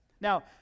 Now